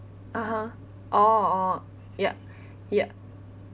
(uh huh) oh oh ya ya